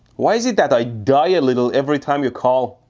why is it that i die a little every time you call?